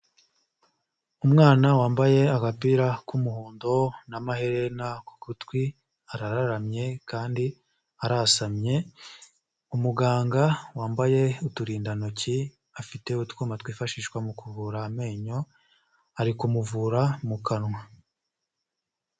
Umwana wambaye agapira k'umuhondo n'amaherena ku gutwi, arararamye kandi arasamye, umuganga wambaye uturindantoki afite utwuma twifashishwa mu kuvura amenyo, ari kumuvura mu kanwa.